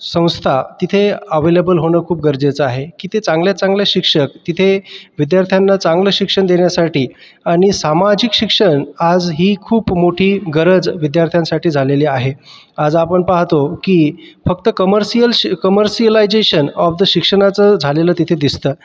संस्था तिथे अव्हेलेबल होणं खूप गरजेचं आहे की ते चांगल्या चांगल्या शिक्षक तिथे विद्यार्थ्यांना चांगलं शिक्षण देण्यासाठी आणि सामाजिक शिक्षण आजही खूप मोठी गरज विद्यार्थ्यांसाठी झालेली आहे आज आपण पाहतो की फक्त कमर्शिअल शिक कमर्शिअलायझेशन ऑफ द शिक्षणाचं झालेलं तिथे दिसतं